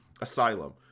Asylum